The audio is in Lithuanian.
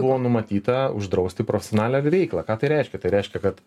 buvo numatyta uždrausti profesionalią veiklą ką tai reiškia tai reiškia kad